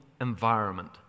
environment